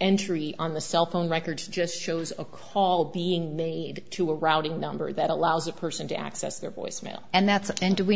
entry on the cell phone records just shows a call being made to a routing number that allows a person to access their voicemail and that's it and do we